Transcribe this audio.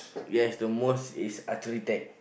yes the most is archery deck